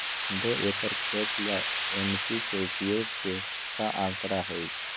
दो एकर खेत ला एन.पी.के उपयोग के का आंकड़ा होई?